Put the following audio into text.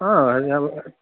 অঁ